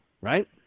right